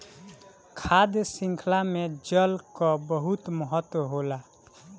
खाद्य शृंखला में जल कअ बहुत महत्व होला